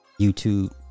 YouTube